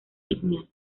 ígneas